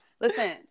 Listen